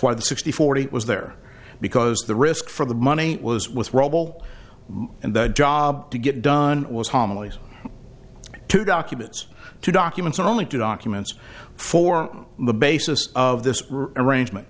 why the sixty forty eight was there because the risk for the money was with rubble and the job to get done was homilies two documents two documents and only two documents for the basis of this arrangement